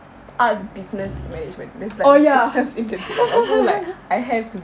arts business management there's like business indent to it I have to